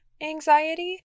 anxiety